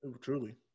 Truly